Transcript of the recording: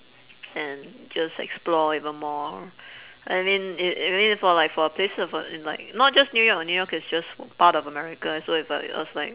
and just explore even more I mean it it mean for like for a place of uh in like not just new york new york is just part of america so if uh it was like